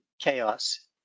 chaos